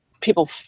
people